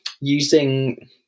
using